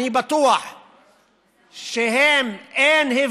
אני בטוח,